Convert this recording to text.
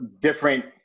different